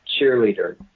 cheerleader